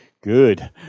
Good